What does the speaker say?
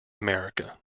america